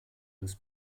des